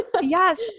yes